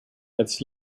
its